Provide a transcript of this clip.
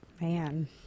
Man